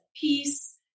peace